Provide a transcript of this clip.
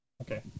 Okay